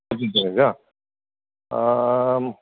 सप्तदिनं वा